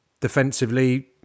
defensively